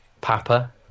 Papa